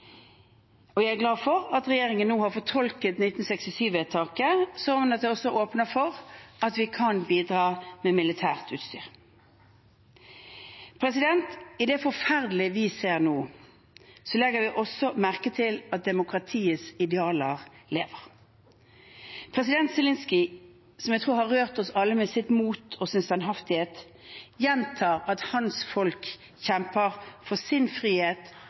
og jeg er glad for at regjeringen nå har fortolket 1967-vedtaket slik at det også åpner for at vi kan bidra med militært utstyr. I det forferdelige vi ser nå, legger vi også merke til at demokratiets idealer lever. President Zelenskyj, som jeg tror har rørt oss alle med sitt mot og sin standhaftighet, gjentar at hans folk kjemper for sin frihet